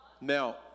now